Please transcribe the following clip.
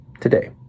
today